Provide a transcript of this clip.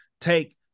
take